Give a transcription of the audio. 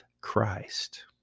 Christ